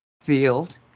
field